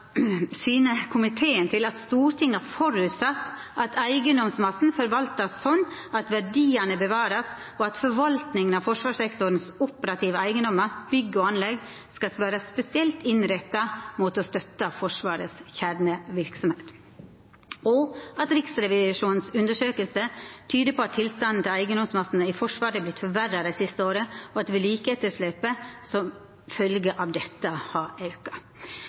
eigedomsmassen vert forvalta sånn at verdiane vert bevarte, og at forvaltninga av forsvarssektorens operative eigedomar, bygg og anlegg skal vera spesielt innretta mot å støtta Forsvarets kjerneverksemd. Riksrevisjonens undersøking tyder på at tilstanden til eigedomsmassen i Forsvaret har vorte forverra dei siste åra, og at vedlikehaldsetterslepet som følgje av dette har auka.